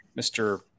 Mr